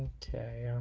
to